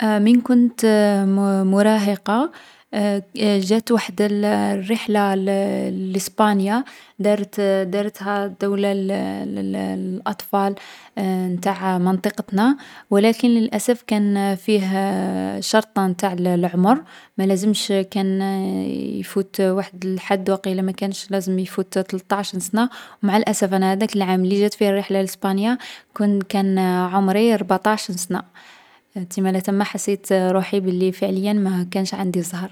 من كنت مراهقة، جات وحد الرحلة لاسبانيا. دارتها الدولة للأطفال نتاع منطقتنا. لكن للأسف كان فيها شرط نتاع العمر، مالازمش كان يفوت وحد الحد، ماكانش يفوت تلطاعشن سنة. مع الأسف هاذاك العام لي جات فيه الرحلة لاسبانيا، كان عمري ربطاعشن سنة. تسمالا ثما حسيت روحي بلي فعليا ماكانش عندي الزهر.